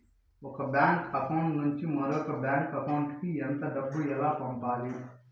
ఒక bank account నుంచి మరొక బ్యాంకు అకౌంట్ కు ఎంత డబ్బు ఎలా పంపాలి